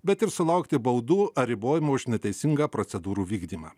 bet ir sulaukti baudų ar ribojimo už neteisingą procedūrų vykdymą